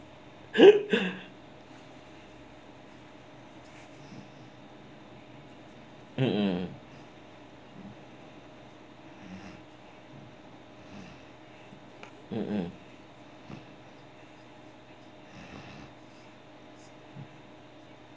mmhmm mmhmm